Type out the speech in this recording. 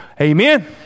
Amen